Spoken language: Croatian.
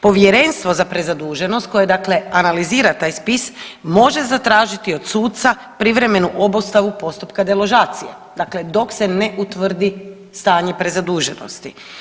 Povjerenstvo za prezaduženost koje dakle analizira taj spis može zatražiti od suca privremenu obustavu postupka deložacije, dakle dok se ne utvrdi stanje prezaduženosti.